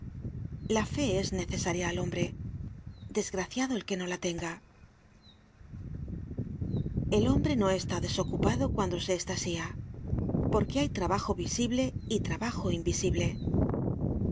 la fe es necesaria al hombre desgraciado el que no la tenga el hombre no está desocupado cuando se estasía porque hay trabajo visible y trabajo invisible